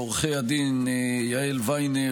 לעו"ד יעל ויינר,